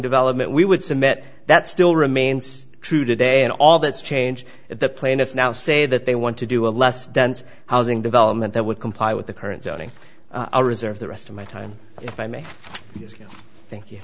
development we would submit that still remains true today and all that's changed that the plaintiffs now say that they want to do a less dense housing development that would comply with the current zoning i reserve the rest of my time if i may thank you